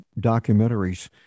documentaries